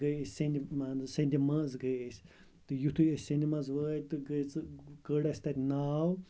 گٔے أسۍ سیندِ منٛز سینٛدِ منٛز گٔے أسۍ تہٕ یُتھُے أسۍ سینٛدِ منٛز وٲتۍ تہٕ گٔے ژٕ کٔڑ اسہِ تَتہِ ناو